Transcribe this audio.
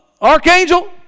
archangel